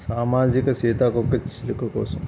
సామాజిక సీతాకోక చిలక కోసం